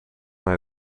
hij